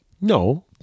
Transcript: No